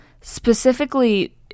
Specifically